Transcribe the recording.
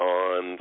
on